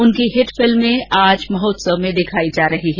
उनकी हिट फिल्में आज महोत्सव में दिखाई जा रही हैं